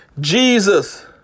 Jesus